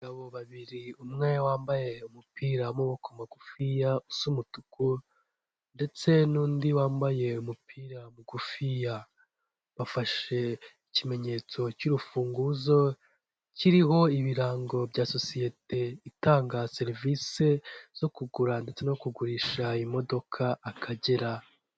Abagabo babiri umwe wambaye umupira w'amaboko magufiya usa umutuku ndetse n'undi wambaye umupira mugufiya, bafashe ikimenyetso cy'urufunguzo, kiriho ibirango bya sosiyete itanga serivisi zo kugura ndetse no kugurisha imodoka Akagera.